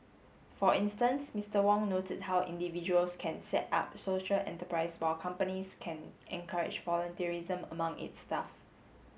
for instance Mister Wong noted how individuals can set up social enterprises while companies can encourage among its staff